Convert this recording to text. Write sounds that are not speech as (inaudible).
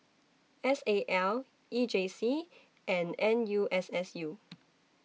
S A L E J C and N U S S U (noise)